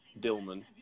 Dillman